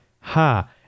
ha